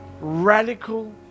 radical